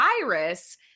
virus